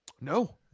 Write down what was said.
No